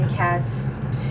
cast